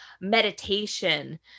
meditation